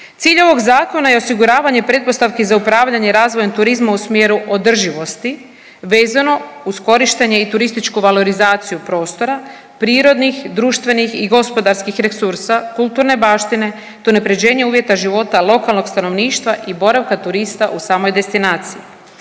Cilj ovog zakona je osiguravanje pretpostavki za upravljanje i razvojem turizma u smjeru održivosti vezano uz korištenje i turističku valorizaciju prostora, prirodnih, društvenih i gospodarskih resursa, kulturne baštine do unapređenja uvjeta života lokalnog stanovništva i boravka turista u samoj destinaciji.